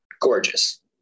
gorgeous